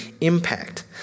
impact